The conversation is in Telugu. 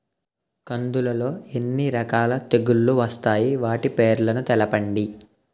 కందులు లో ఎన్ని రకాల తెగులు వస్తాయి? వాటి పేర్లను తెలపండి?